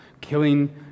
killing